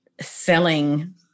selling